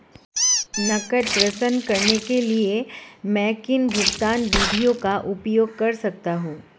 नकद प्रेषण करने के लिए मैं किन भुगतान विधियों का उपयोग कर सकता हूँ?